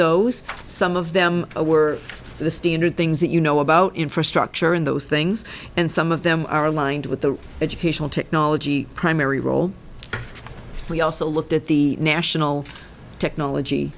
those some of them were the standard things that you know about infrastructure in those things and some of them are aligned with the educational technology primary role we also looked at the national